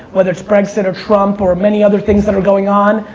whether it's brexit or trump or many other things that are going on,